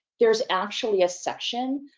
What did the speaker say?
there's actually a section.